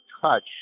touch